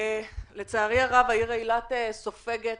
לצערי הרב, העיר אילת סופגת